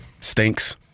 stinks